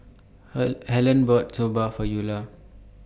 Her Harlen bought Soba For Eula